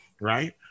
right